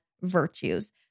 virtues